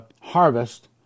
harvest